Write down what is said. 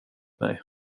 mig